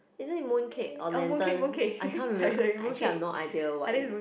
isn't it mooncake or lantern I can't remember actually I have no idea what it